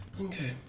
Okay